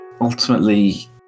Ultimately